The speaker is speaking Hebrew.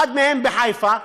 אחד מהם בחיפה,